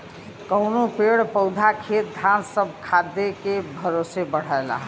कउनो पेड़ पउधा खेत धान सब खादे के भरोसे बढ़ला